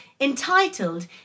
Entitled